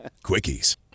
Quickies